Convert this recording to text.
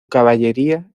caballería